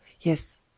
Yes